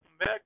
Back